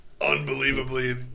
unbelievably